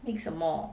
mix 什么